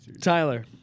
Tyler